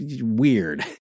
weird